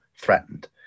threatened